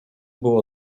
było